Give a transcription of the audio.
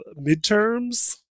midterms